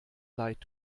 leid